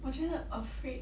我觉得 afraid